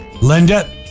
Linda